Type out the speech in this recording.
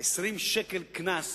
20 שקל קנס